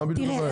מה בדיוק הבעיה?